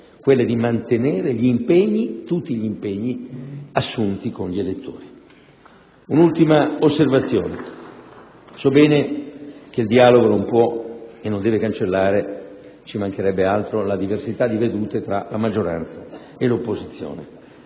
quella di mantenere gli impegni, tutti gli impegni, assunti con gli elettori. *(Applausi dal Gruppo PdL).* Infine, so bene che il dialogo non può e non deve cancellare - ci mancherebbe altro - la diversità di vedute tra la maggioranza e l'opposizione.